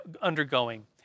undergoing